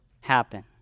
happen